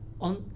On